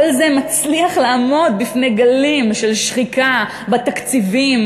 כל זה מצליח לעמוד בפני גלים של שחיקה בתקציבים,